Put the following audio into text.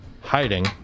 hiding